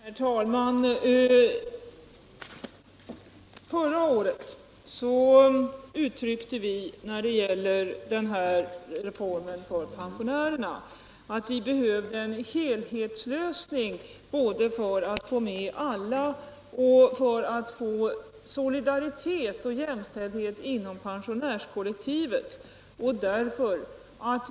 Herr talman! Förra året uttalade vi när det gällde den här reformen för pensionärerna att det behövdes en helhetslösning både för att få med alla och för att skapa solidaritet och jämställdhet inom pensionärskollektivet.